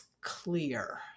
clear